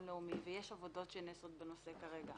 לאומי ויש כרגע עבודות שנעשות בנושא.